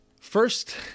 First